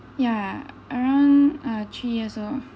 ya around uh three years old